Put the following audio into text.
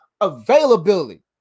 availability